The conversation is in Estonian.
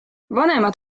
vanemad